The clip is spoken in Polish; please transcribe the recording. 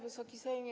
Wysoki Sejmie!